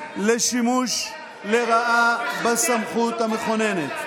לשימוש לרעה בסמכות המכוננת.